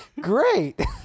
Great